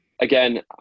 again